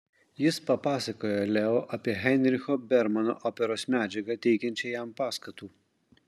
jis papasakojo leo apie heinricho bermano operos medžiagą teikiančią jam paskatų